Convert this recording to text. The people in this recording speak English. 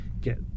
get